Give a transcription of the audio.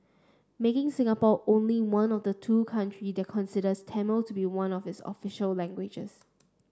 making Singapore only one of the two country that considers Tamil to be one of this official languages